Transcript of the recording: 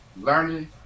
Learning